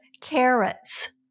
carrots